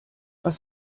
was